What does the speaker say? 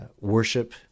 worship